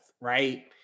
right